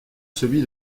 celui